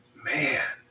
Man